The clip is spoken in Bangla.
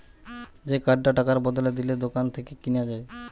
যে কার্ডটা টাকার বদলে দিলে দোকান থেকে কিনা যায়